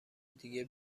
دیگه